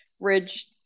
ridge